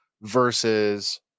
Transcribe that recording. versus